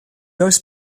oes